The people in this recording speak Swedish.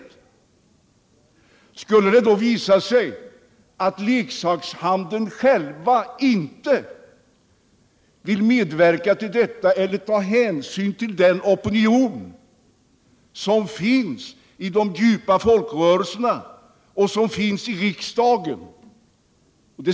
Det skulle förvåna mig om leksakshandeln inte vill medverka eller ta hänsyn till den opinion som finns i de stora folkrörelserna och i riksdagen.